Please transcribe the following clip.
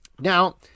Now